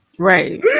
Right